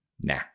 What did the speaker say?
Nah